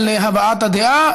על הבעת הדעה,